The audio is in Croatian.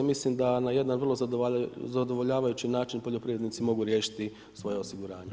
Mislim da na jedan vrlo zadovoljavajući način, poljoprivrednici mogu riješiti svoje osiguranje.